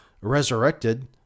resurrected